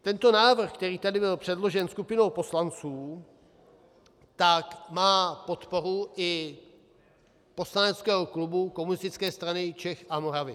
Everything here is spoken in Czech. Tento návrh, který tady byl předložen skupinou poslanců, tak má podporu i poslaneckého klubu Komunistické strany Čech a Moravy.